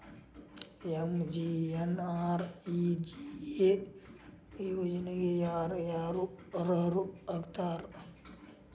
MGNREGA ಯೋಜನೆಗೆ ಯಾರ ಯಾರು ಅರ್ಹರು ಆಗ್ತಾರ?